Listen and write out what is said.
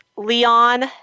Leon